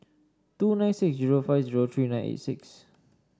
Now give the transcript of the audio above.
two nine six zero five zero three nine eight six